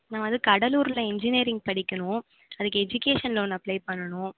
நான் வந்து கடலூரில் இன்ஜினியரிங் படிக்கணும் அதுக்கு எஜுகேஷன் லோன் அப்ளை பண்ணணும்